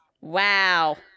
Wow